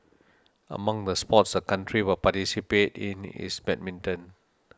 among the sports the country will participate in is badminton